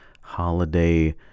holiday